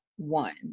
one